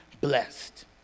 blessed